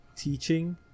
Teaching